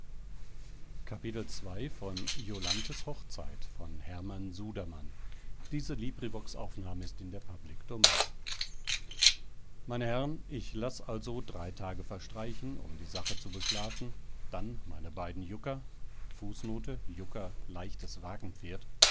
meine herren ich lass also drei tage verstreichen um die sache zu beschlafen dann meine beiden jucker jucker leichtes